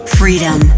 freedom